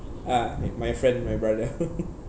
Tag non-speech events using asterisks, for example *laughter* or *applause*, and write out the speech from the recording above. uh my friend my brother *laughs*